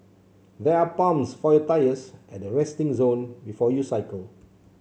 there are pumps for your tyres at the resting zone before you cycle